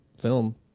film